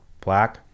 black